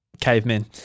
cavemen